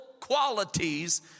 qualities